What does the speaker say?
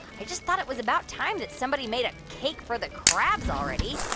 i just thought it was about time that somebody made a cake for the crabs already.